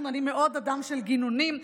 אני מאוד אדם של גינונים.